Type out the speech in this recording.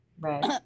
right